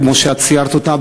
כמו שאת ציירת אותה,